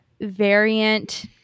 variant